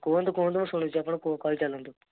କୁହନ୍ତୁ କୁହନ୍ତୁ ମୁଁ ଶୁଣୁଛି ଆପଣ କହିଚାଲନ୍ତୁ